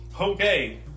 okay